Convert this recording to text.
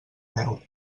peu